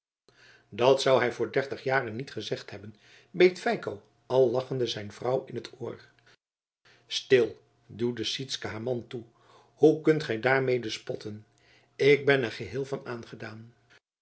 dat zou hij voor dertig jaren niet gezegd hebben beet feiko al lachende zijn vrouw in t oor stil duwde sytsken haar man toe hoe kunt gij daarmede spotten ik ben er geheel van aangedaan